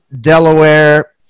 Delaware